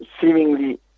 seemingly